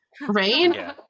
Right